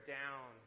down